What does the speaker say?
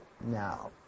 now